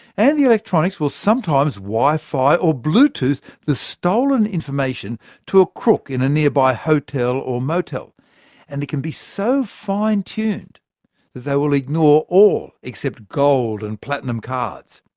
and the electronics will sometimes wifi or bluetooth the stolen information to a crook in a nearby hotel or motel and can be so fine-tuned that they will ignore all except gold and platinum cards.